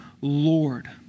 Lord